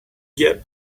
get